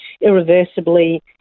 irreversibly